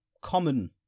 common